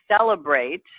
celebrate—